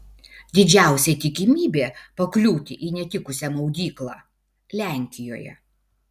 didžiausia tikimybė pakliūti į netikusią maudyklą lenkijoje